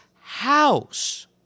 house